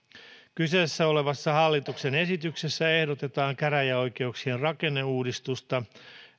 kyseessä olevassa hallituksen esityksessä ehdotetaan käräjäoikeuksien rakenneuudistusta